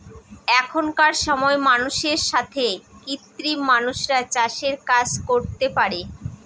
এখনকার সময় মানুষের সাথে কৃত্রিম মানুষরা চাষের কাজ করতে পারে